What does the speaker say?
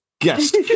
guest